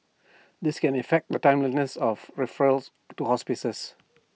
this can effect the timeliness of referrals to hospices